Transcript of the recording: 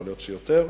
יכול להיות שיותר,